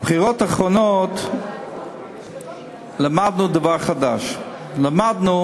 בבחירות האחרונות למדנו דבר חדש: למדנו